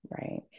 right